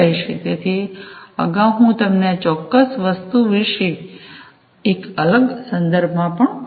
તેથી અગાઉ હું તમને આ ચોક્કસ વસ્તુ વિશે એક અલગ સંદર્ભમાં પણ કહી રહ્યો હતો